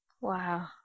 Wow